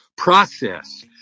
process